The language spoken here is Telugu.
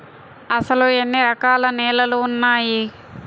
అసలు ఎన్ని రకాల నేలలు వున్నాయి?